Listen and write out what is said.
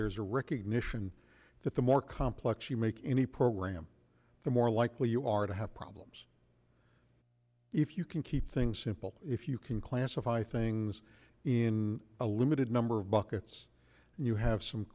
ere's a recognition that the more complex you make any program the more likely you are to have problems if you can keep things simple if you can classify things in a limited number of buckets and you have some